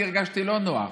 אני הרגשתי לא נוח.